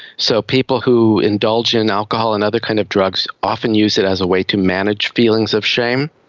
so people who indulge in alcohol and other kind of drugs often use it as a way to manage feelings of shame.